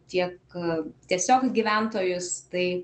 tiek tiesiog gyventojus tai